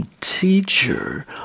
teacher